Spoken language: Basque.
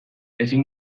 ezin